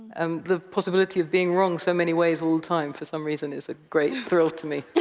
um the possibility of bring wrong so many ways all the time, for some reason, is a great thrill to me.